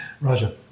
Raja